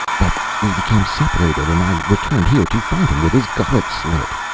but we became separated and i returned here to find him with his gullet slit.